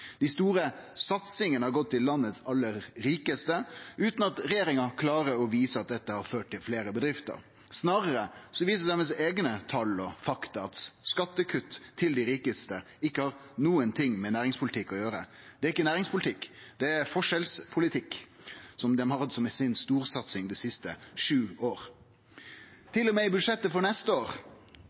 Dei store satsingane har gått til dei aller rikaste i landet, utan at regjeringa klarer å vise at dette har ført til fleire bedrifter. Snarare viser deira eigne tal og fakta at skattekutt til dei rikaste ikkje har noko med næringspolitikk å gjere. Det er ikkje næringspolitikk; det er forskjellspolitikk dei har hatt som storsatsing dei siste sju åra. Til og med i budsjettet for neste år,